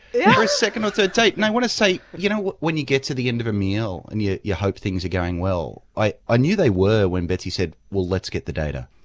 yeah our second or third date. and i want to say, you know, when you get to the end of a meal and you you hope things are going well, i ah knew they were when betsey said, well, let's get the data